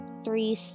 three